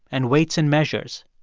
and weights and measures.